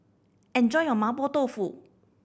enjoy your Mapo Tofu